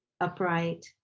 upright